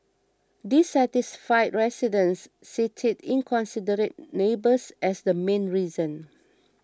dissatisfied residents cited inconsiderate neighbours as the main reason